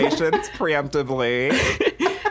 preemptively